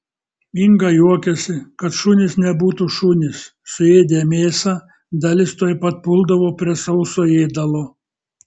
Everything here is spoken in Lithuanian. inga juokiasi kad šunys nebūtų šunys suėdę mėsą dalis tuoj pat puldavo prie sauso ėdalo